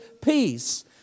peace